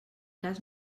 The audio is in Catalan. cas